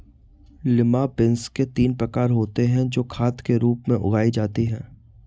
lima beans के तीन प्रकार होते हे जो खाद के रूप में उगाई जाती हें